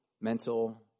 mental